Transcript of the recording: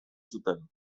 zuten